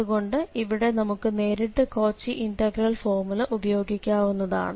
അതുകൊണ്ട് ഇവിടെ നമുക്ക് നേരിട്ട് കോച്ചി ഇന്റഗ്രൽ ഫോർമുല ഉപയോഗിക്കാവുന്നതാണ്